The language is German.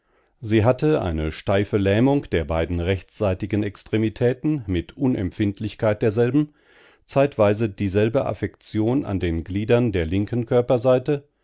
sie hatte eine steife lähmung der beiden rechtsseitigen extremitäten mit unempfindlichkeit derselben zeitweise dieselbe affektion an den gliedern der linken körperseite